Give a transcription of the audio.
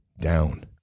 down